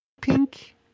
pink